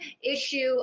issue